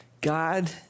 God